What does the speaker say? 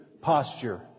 posture